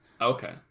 Okay